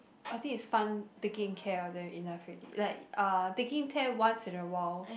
I think it's fun taking care of them enough already like uh taking care once in awhile